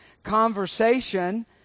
conversation